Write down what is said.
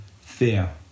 Fear